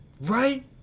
Right